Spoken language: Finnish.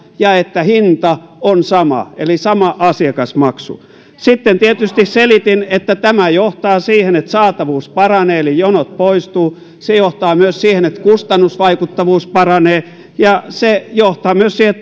ja että hinta on sama eli on sama asiakasmaksu sitten tietysti selitin että tämä johtaa siihen että saatavuus paranee eli jonot poistuvat se johtaa myös siihen että kustannusvaikuttavuus paranee ja se johtaa myös siihen